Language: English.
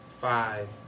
five